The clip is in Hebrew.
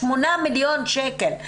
8 מיליון שקל.